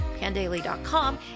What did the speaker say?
pandaily.com